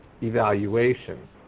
evaluation